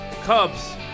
Cubs